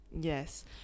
yes